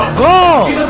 go